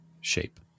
shape